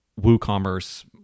WooCommerce